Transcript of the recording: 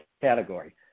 category